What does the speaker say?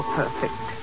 perfect